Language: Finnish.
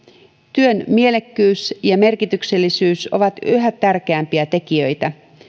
työn mielekkyys ja merkityksellisyys ovat yhä tärkeämpiä tekijöitä